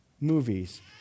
movies